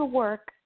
work